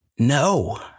No